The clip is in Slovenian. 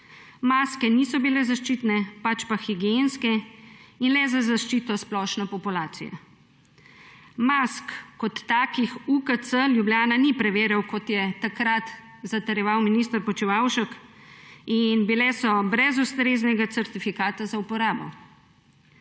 Maske niso bile zaščitne, pač pa higienske in le za zaščito splošne populacije. Mask kot takih UKC Ljubljana ni preverjal, kot je takrat zatrjeval minister Počivalšek, in bile so brez ustreznega certifikata za uporabo.